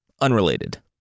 Unrelated